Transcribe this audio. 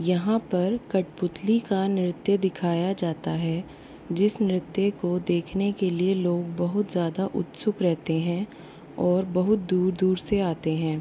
यहाँ पर कठपुतली का नृत्य दिखाया जाता है जिस नृत्य को देखने के लिए लोग बहुत ज़्यादा उत्सुक रहते हैं और बहुत दूर दूर से आते हैं